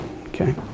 okay